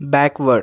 backward